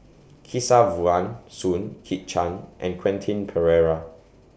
Kesavan Soon Kit Chan and Quentin Pereira